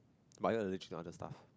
but are you allergic to other stuff